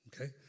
Okay